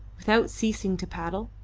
without ceasing to paddle.